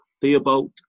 Theobald